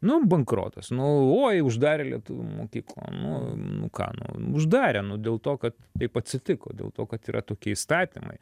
nu bankrotas nu uoj uždarė lietuvių mokyklą nu nu ką nu uždarė nu dėl to kad taip atsitiko dėl to kad yra tokie įstatymai